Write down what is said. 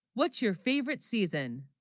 what's your favorite season,